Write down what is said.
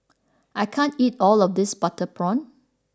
I can't eat all of this Butter Prawn